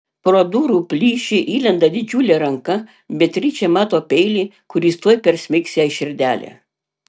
pro durų plyšį įlenda didžiulė ranka beatričė mato peilį kuris tuoj persmeigs jai širdelę